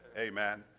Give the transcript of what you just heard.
Amen